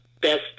best